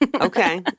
Okay